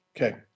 Okay